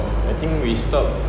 I think we stop